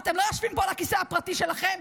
אתם לא יושבים פה על הכיסא הפרטי שלכם.